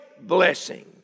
blessing